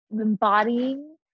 embodying